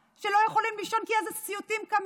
שלא יכולים לישון בלילה כי באיזה סיוטים הם קמים,